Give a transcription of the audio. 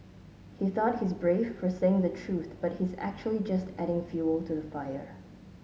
he thought he's brave for saying the truth but he's actually just adding fuel to the fire